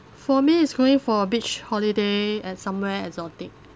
for me it's going for a beach holiday at somewhere exotic